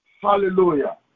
Hallelujah